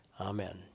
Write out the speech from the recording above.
Amen